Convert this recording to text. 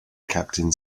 captain